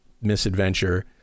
misadventure